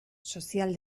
sozial